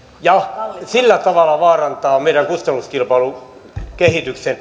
ja sillä tavalla vaarantaa meidän kustannuskilpailukykykehityksemme